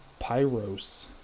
Pyros